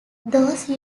those